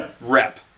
rep